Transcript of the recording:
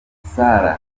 sarah